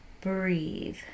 breathe